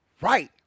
Right